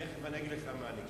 תיכף אני אגיד לך מה אני.